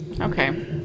Okay